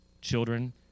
children